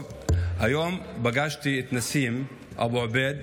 היום פגשתי את נסים אבו עביד,